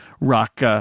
rock